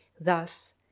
Thus